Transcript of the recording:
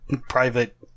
private